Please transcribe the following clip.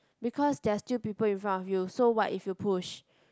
because there're still people in front of you so what if you push